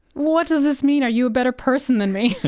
what does this mean, are you a better person than me?